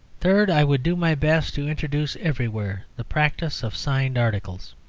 third, i would do my best to introduce everywhere the practice of signed articles.